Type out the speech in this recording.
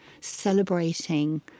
celebrating